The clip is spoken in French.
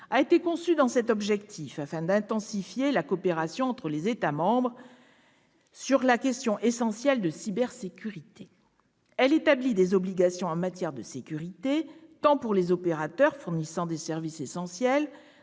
a été conçue dans cet objectif, afin d'intensifier la coopération entre les États membres sur la question essentielle de la cybersécurité. Elle établit des obligations en matière de sécurité, tant pour les opérateurs fournissant des services essentiels